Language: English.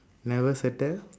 never settle